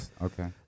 okay